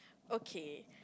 okay